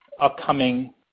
upcoming